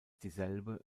dieselbe